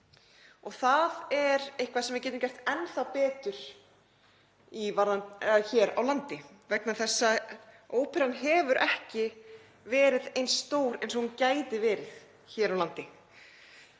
Það er eitthvað sem við getum gert enn betur hér á landi vegna þess að óperan hefur ekki verið eins stór og hún gæti verið. Óperan